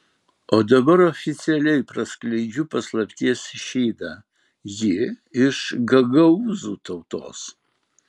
o dabar oficialiai praskleidžiu paslapties šydą ji iš gagaūzų tautos